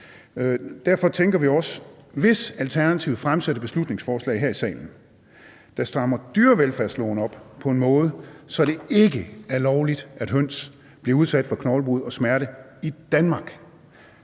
Derfor tænker vi også, at hvis Alternativet fremsætter et beslutningsforslag her i salen, der strammer dyrevelfærdsloven op på en sådan måde, at det ikke er lovligt, at høns bliver udsat for knoglebrud og smerte i Danmark,